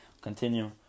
Continue